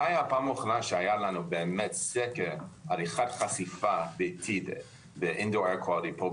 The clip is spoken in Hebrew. הפעם האחרונה שהיה לנו סקר הערכת חשיפה ביתית בישראל,